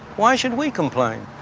why should we complain?